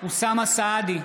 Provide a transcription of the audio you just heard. אוסאמה סעדי,